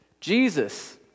Jesus